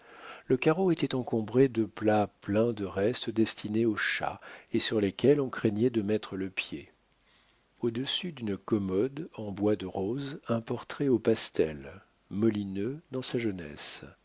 le carreau était encombré de plats pleins de restes destinés aux chats et sur lesquels on craignait de mettre le pied au-dessus d'une commode en bois de rose un portrait au pastel molineux dans sa jeunesse